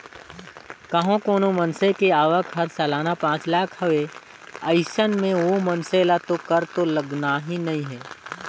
कंहो कोनो मइनसे के आवक हर सलाना पांच लाख हवे अइसन में ओ मइनसे ल तो कर तो लगना ही नइ हे